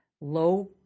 low